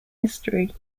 mystery